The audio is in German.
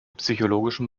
psychologischen